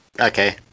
Okay